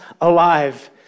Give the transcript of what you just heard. alive